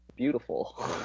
beautiful